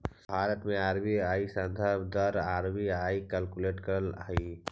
भारत में आर.बी.आई संदर्भ दर आर.बी.आई कैलकुलेट करऽ हइ